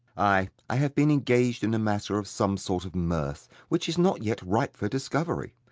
ay i have been engaged in a matter of some sort of mirth, which is not yet ripe for discovery.